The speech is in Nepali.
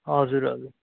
हजुर हजुर